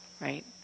right